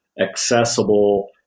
accessible